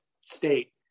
state